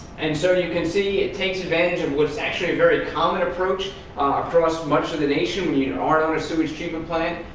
and so you can see it takes advantage of what is actually a very common approach for ah so much of the nation, you know um and sewage treatment plant.